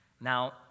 Now